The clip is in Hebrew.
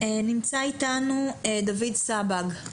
נמצא איתנו דוד סבג,